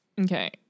Okay